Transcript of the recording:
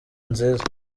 nziza